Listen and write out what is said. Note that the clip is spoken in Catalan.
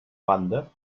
banda